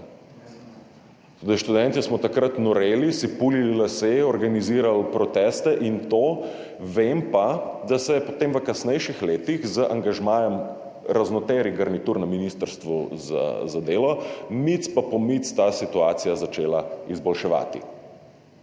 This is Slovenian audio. Študentje smo takrat noreli, si pulili lase, organizirali proteste in to, vem pa, da se je potem v kasnejših letih z angažmajem raznoterih garnitur na Ministrstvu za delo mic pa po mic ta situacija začela izboljševati.